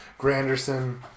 Granderson